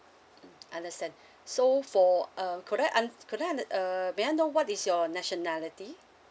understand so for uh could I un~ could I under uh may I know what is your nationality